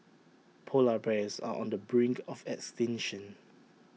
Polar Bears are on the brink of extinction